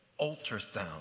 ultrasound